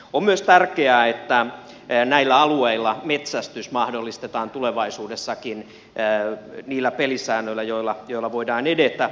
on myös tärkeää että näillä alueilla metsästys mahdollistetaan tulevaisuudessakin niillä pelisäännöillä joilla voidaan edetä